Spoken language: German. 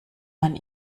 man